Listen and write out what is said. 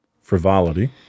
Frivolity